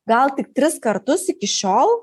gal tik tris kartus iki šiol